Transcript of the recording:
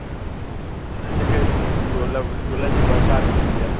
जेके गुल गुलनि जी बरसाति थींदी आहे